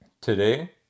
today